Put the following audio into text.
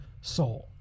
soul